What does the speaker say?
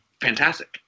fantastic